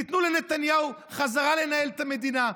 תנו לנתניהו בחזרה לנהל את המדינה,